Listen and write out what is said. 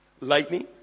lightning